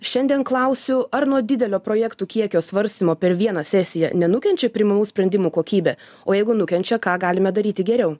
šiandien klausiu ar nuo didelio projektų kiekio svarstymo per vieną sesiją nenukenčia priimamų sprendimų kokybė o jeigu nukenčia ką galime daryti geriau